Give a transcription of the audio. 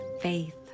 faith